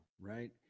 right